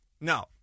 No